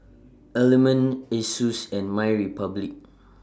Element Asus and MyRepublic